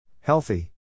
Healthy